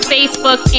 Facebook